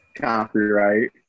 Copyright